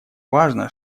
важно